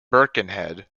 birkenhead